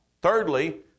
Thirdly